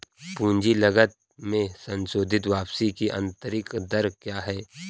पूंजी लागत में संशोधित वापसी की आंतरिक दर क्या है?